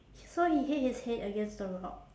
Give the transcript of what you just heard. so he hit his head against the rock